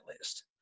list